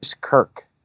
Kirk